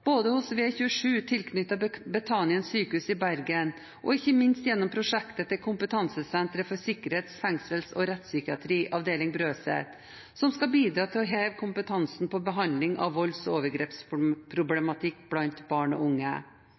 både hos V27, som er tilknyttet Betanien sykehus i Bergen, og ikke minst gjennom prosjektet til Kompetansesenter for sikkerhets-, fengsels- og rettspsykiatri, avdeling Brøset, som skal bidra til å heve kompetansen på behandling av volds- og overgrepsproblematikk blant barn og unge.